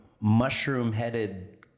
mushroom-headed